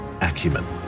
acumen